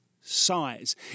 size